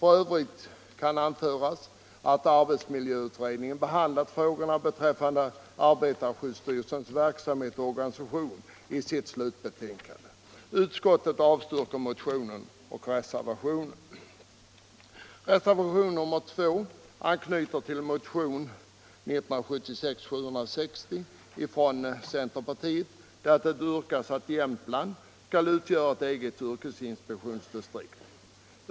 I övrigt kan anföras att arbetsmiljöutredningen behandlat frågor om arbetarskyddsstyrelsens verksamhet och organisation i sitt slutbetänkande.